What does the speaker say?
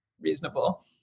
reasonable